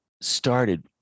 started